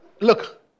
Look